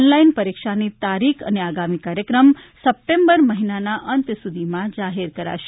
online પરીક્ષાની તારીખ અને આગામી કાર્યક્રમ સપ્ટેમ્બર મહિલનાના અંત સુધીમાં જાહેર કરાશે